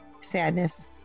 Sadness